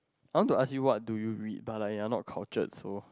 I want to ask you what do you read but like you are not cultured so